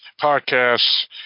podcasts